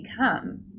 become